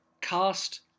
cast